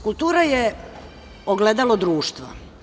Kultura je ogledalo društva.